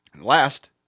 last